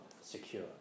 secure